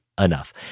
enough